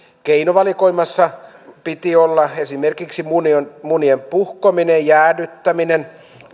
keinovalikoimassa piti olla esimerkiksi munien munien puhkominen jäädyttäminen